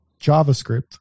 JavaScript